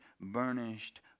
burnished